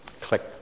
Click